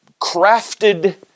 crafted